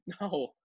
No